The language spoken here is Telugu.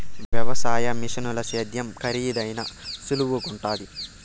వ్యవసాయ మిషనుల సేద్యం కరీదైనా సులువుగుండాది